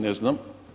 Ne znam.